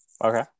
Okay